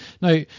Now